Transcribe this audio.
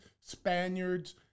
Spaniards